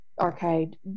arcade